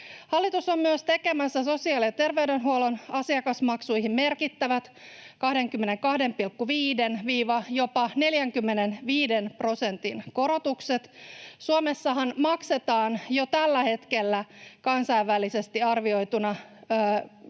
Hallitus on myös tekemässä sosiaali‑ ja terveydenhuollon asiakasmaksuihin merkittävät 22,5 — jopa 45 prosentin korotukset. Suomessahan maksetaan jo tällä hetkellä kansainvälisesti arvioituna